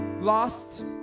lost